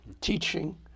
teaching